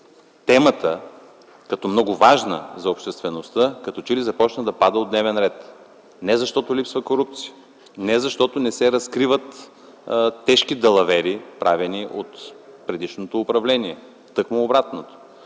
темата като много важна за обществеността като че ли започна да пада от дневния ред. Не защото липсва корупция, не защото не се разкриват тежки далавери, правени от предишно управление – тъкмо обратното.